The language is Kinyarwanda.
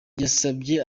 yasabye